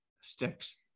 sticks